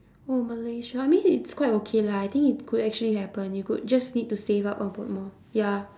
oh malaysia I mean it's quite okay lah I think it could actually happen you could just need to save up a bit more ya